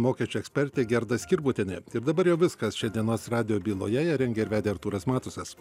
mokesčių ekspertė gerda skirbutienė ir dabar jau viskas šiandienos radijo byloje ją rengė ir vedė artūras matusas